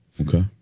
Okay